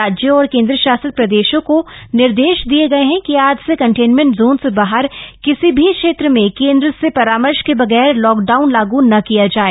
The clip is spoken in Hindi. राज्यों और केंद्र शासित प्रदेशों का निर्देश दिए गए हैं कि आज से कन्टेनमेंट जाम से बाहर किसी भी क्षेत्र में केंद्र से परामर्श के बगब्ब लॉकडाउन लागू न किया जाए